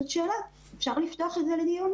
זאת שאלה, אפשר לפתוח את זה לדיון.